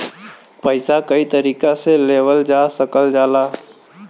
पइसा कई तरीका से लेवल जा सकल जाला